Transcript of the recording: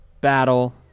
battle